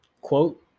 Quote